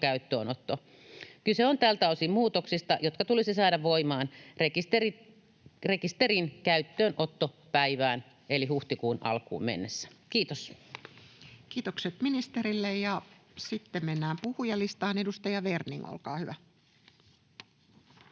käyttöönotto. Kyse on tältä osin muutoksista, jotka tulisi saada voimaan rekisterin käyttöönottopäivään eli huhtikuun alkuun mennessä. — Kiitos. Kiitokset ministerille. — Sitten mennään puhujalistaan. Edustaja Werning, olkaa hyvä.